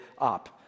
up